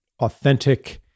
authentic